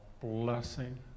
blessing